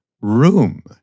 room